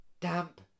damp